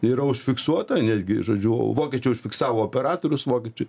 yra užfiksuota netgi žodžiu vokiečiai užfiksavo operatorius vokiečiai